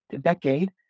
decade